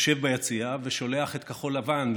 יושב ביציע ושולח את כחול לבן,